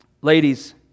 ladies